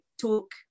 talk